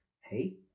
Hey